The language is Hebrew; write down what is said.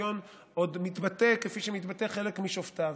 וזה שבית המשפט העליון עוד מתבטא כפי שמתבטאים חלק משופטיו,